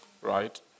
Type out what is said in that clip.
right